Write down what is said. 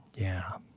yeah.